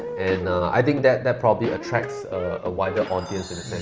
and i think that that probably attracts a wider audience